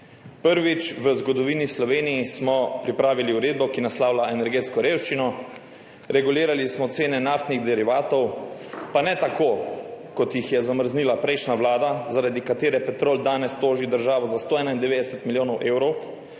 Prvič v zgodovini Slovenije smo pripravili uredbo, ki naslavlja energetsko revščino, regulirali smo cene naftnih derivatov, pa ne tako, kot jih je zamrznila prejšnja vlada, zaradi katere Petrol danes toži državo za 191 milijonov evrov,